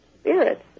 spirits